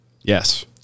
yes